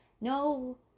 No